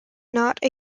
not